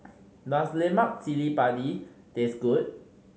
does lemak cili padi taste good